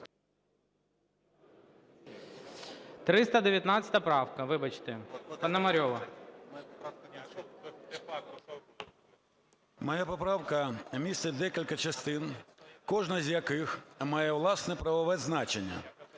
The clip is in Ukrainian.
Моя поправка містить декілька частин, кожна з яких має власне правове значення.